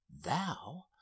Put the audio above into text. thou